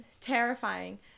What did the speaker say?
terrifying